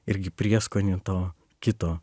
irgi prieskonį to kito